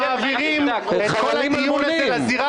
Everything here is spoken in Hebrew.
--- אתם מעבירים את כל הדיונים לזירה